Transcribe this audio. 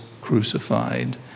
crucified